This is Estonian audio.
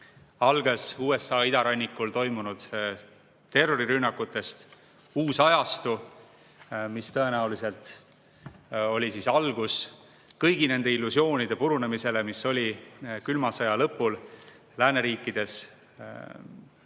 algas USA idarannikul toimunud terrorirünnakutega uus ajastu, mis tõenäoliselt olid algus kõigi nende illusioonide purunemisele, mis oli külma sõja lõpul lääneriikides, kus